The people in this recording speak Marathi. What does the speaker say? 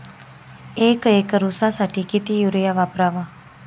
एक एकर ऊसासाठी किती युरिया वापरावा?